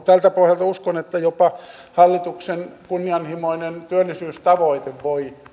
tältä pohjalta uskon että jopa hallituksen kunnianhimoinen työllisyystavoite voi